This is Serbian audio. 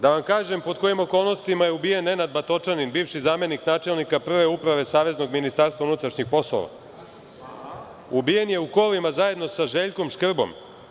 Da vam kažem pod kojim okolnostima je ubijen Nenad Batočanin, bivši zamenik načelnika Prve uprave Saveznog ministarstva unutrašnjih poslova, ubijen je u kolima zajedno sa Željko Škrbom.